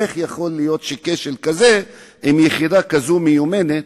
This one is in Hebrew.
איך יכול להיות שכשל כזה, עם יחידה כזאת מיומנת,